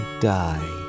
die